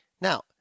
Now